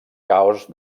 caos